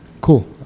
Cool